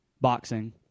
boxing